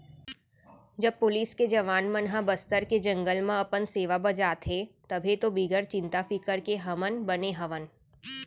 जब पुलिस के जवान मन ह बस्तर के जंगल म अपन सेवा बजात हें तभे तो बिगर चिंता फिकर के हमन बने हवन